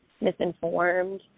misinformed